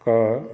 कऽ